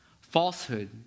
Falsehood